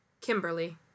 Kimberly